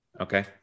Okay